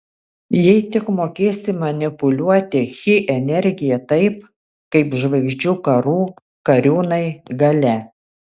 jei tik mokėsi manipuliuoti chi energija taip kaip žvaigždžių karų kariūnai galia